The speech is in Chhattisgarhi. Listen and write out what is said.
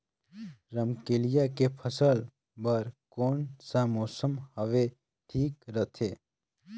रमकेलिया के फसल बार कोन सा मौसम हवे ठीक रथे?